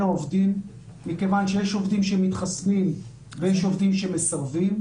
העובדים מכיוון שיש עובדים שמתחסנים ויש עובדים שמסרבים.